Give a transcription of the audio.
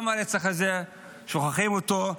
גם הרצח הזה, שוכחים אותו.